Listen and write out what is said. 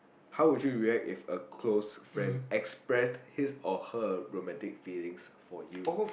how would you react if a close friend express his or her romantic feeling for you